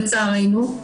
לצערנו.